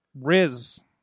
Riz